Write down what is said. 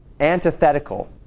antithetical